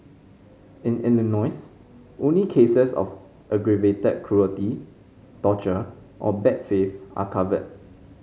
in Illinois only cases of aggravated cruelty torture or bad faith are covered